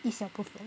一小部分